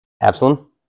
Absalom